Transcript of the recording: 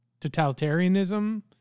totalitarianism